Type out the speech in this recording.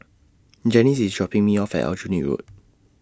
Janis IS dropping Me off At Aljunied Road